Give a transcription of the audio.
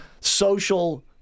social